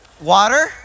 water